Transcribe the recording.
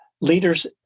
Leaders